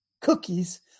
cookies